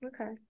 okay